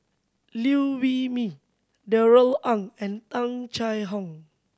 Liew Wee Mee Darrell Ang and Tung Chye Hong